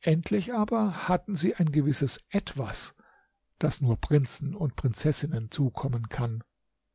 endlich aber hatten sie ein gewisses etwas das nur prinzen und prinzessinnen zukommen kann